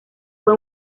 fue